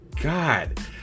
God